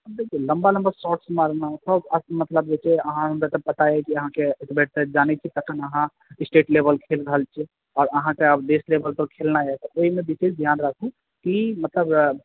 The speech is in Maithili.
देखियै लंबा लंबा शार्ट मारै मे शार्ट मतलब जे छै अहाँ हम बताबै छी अहाँकेॅं एकबेर शायद जानै छी एखन अहाँ स्टेट लेवल खेल रहल छियै और अहाँके आब देश लेबल पर खेलनाइ यऽ एहि मे विशेष ध्यान राखू की मतलब